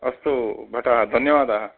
अस्तु भटः धन्यवादाः